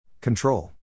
Control